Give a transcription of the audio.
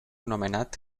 nomenat